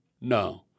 no